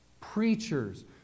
Preachers